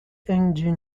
engine